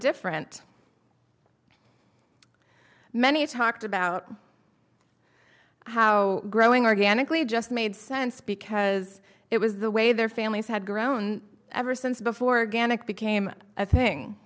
different many talked about how growing organically just made sense because it was the way their families had grown ever since before again it became a thing